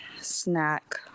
snack